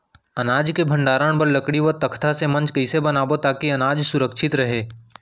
अनाज के भण्डारण बर लकड़ी व तख्ता से मंच कैसे बनाबो ताकि अनाज सुरक्षित रहे?